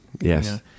Yes